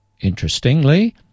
Interestingly